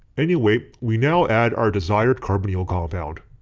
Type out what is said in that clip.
anyway, we now add our desired carbonyl compound.